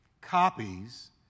copies